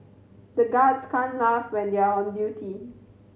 the guards can't laugh when they are on duty